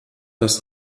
das